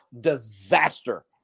disaster